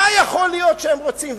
מה יכול להיות שהם רוצים?